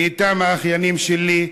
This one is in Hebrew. ואתם האחיינים שלי,